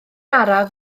araf